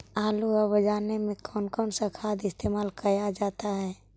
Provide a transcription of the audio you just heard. आलू अब जाने में कौन कौन सा खाद इस्तेमाल क्या जाता है?